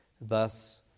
thus